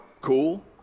cool